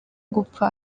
gupfa